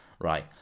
right